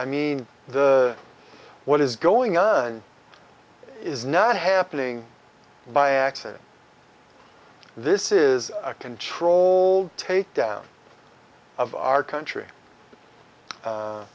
i mean the what is going on is not happening by accident this is a control takedown of our country